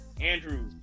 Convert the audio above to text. Andrew